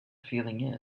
feeling